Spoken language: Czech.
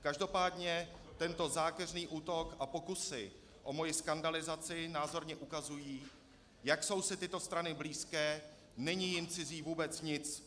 Každopádně tento zákeřný útok a pokusy o moji skandalizaci názorně ukazují, jak jsou si tyto strany blízké, není jim cizí vůbec nic.